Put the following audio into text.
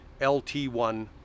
LT1